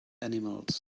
animals